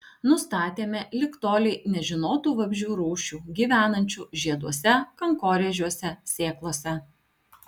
nustatėme lig tolei nežinotų vabzdžių rūšių gyvenančių žieduose kankorėžiuose sėklose